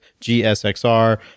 GSXR